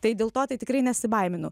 tai dėl to tai tikrai nesibaiminu